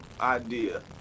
idea